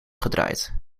gedraaid